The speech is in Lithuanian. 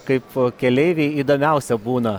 kaip keleivei įdomiausia būna